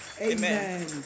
Amen